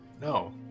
no